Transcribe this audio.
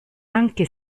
anche